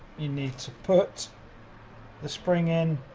you need to put the spring in.